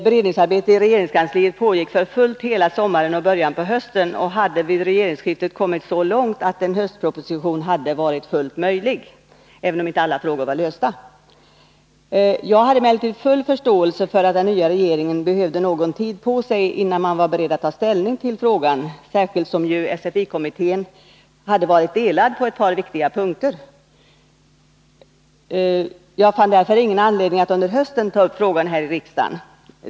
Beredningsarbetet i regeringskansliet pågick för fullt hela sommaren och början på hösten och hade vid regeringsskiftet kommit så långt att en höstproposition hade varit fullt möjlig, även om inte alla frågor var lösta. Jag hade emellertid full förståelse för att den nya regeringen behövde någon tid på sig innan den var beredd att ta ställning till frågan, särskilt som det i SFI-kommittén hade rått delade uppfattningar på ett par viktiga punkter. Jag fann därför inte anledning att under hösten ta upp frågan här i riksdagen.